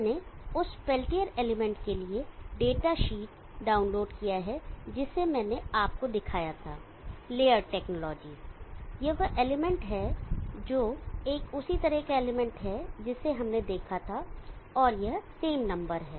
मैंने उस Peltier element के लिए डेटाशीट डाउनलोड किया है जिसे मैंने आपको दिखाया था Laird टेक्नोलॉजीस यह वह एलिमेंट है जो एक उसी तरह का एलिमेंट है जिसे हमने देखा था और यह सेम नंबर है